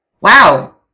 wow